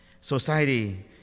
Society